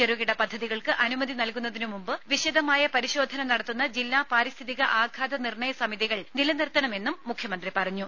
ചെറുകിട പദ്ധതികൾക്ക് അനുമതി നൽകുന്നതിന് മുമ്പ് വിശദമായ പരിശോധന നടത്തുന്ന ജില്ലാ പാരിസ്ഥിതിക ആഘാത നിർണ്ണയ സമിതികൾ നിലനിർത്തണമെന്നും മുഖ്യമന്ത്രി പറഞ്ഞു